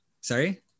Sorry